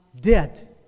dead